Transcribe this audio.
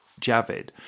Javid